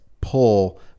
pull